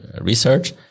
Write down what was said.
research